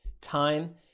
time